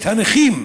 את הנכים,